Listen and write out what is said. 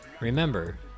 Remember